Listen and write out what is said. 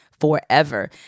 forever